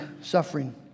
suffering